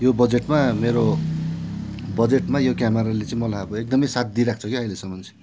यो बजेटमा मेरो बजेटमा यो क्यामराले चाहिँ मलाई अब एकदम साथ दिइराख्छ क्या अहिलेसम्म चाहिँ